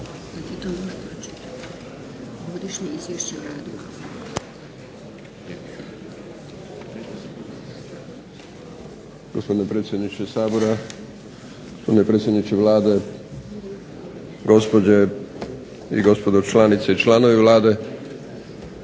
Gospodine predsjedniče Sabora, gospodine predsjedniče Vlade, gospođe i gospodo članice i članovi Vlade,